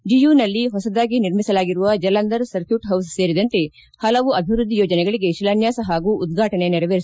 ಡಿಯೂನಲ್ಲಿ ಹೊಸದಾಗಿ ನಿರ್ಮಿಸಲಾಗಿರುವ Jalandhar circuit house ಸೇರಿದಂತೆ ಹಲವು ಅಭಿವೃದ್ದಿ ಯೋಜನೆಗಳಿಗೆ ಶಿಲಾನ್ವಾಸ ಹಾಗೂ ಉದ್ಘಾಟನೆ ನೆರವೇರಿಸಲಿದ್ದಾರೆ